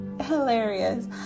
hilarious